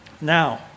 Now